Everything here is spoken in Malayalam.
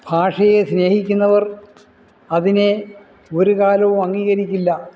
ഭാഷയെ സ്നേഹിക്കുന്നവർ അതിനെ ഒരുകാലവും അംഗീകരിക്കില്ല